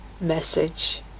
message